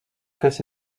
caisse